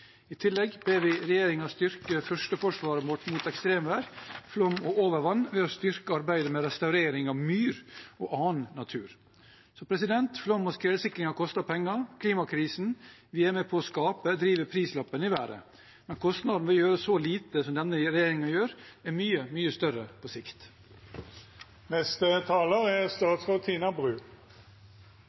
I tillegg ber vi regjeringen styrke førsteforsvaret vårt mot ekstremvær, flom og overvann ved å styrke arbeidet med restaurering av myr og annen natur. Flom- og skredsikring har kostet penger. Klimakrisen vi er med på å skape, driver prislappen i været, men kostnaden ved å gjøre så lite som denne regjeringen gjør, er mye, mye større på sikt. Statsråd Tina Bru [18:27:28]: Klimatilpasning og forebygging av flom- og skredskader er